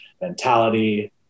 mentality